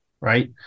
right